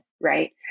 right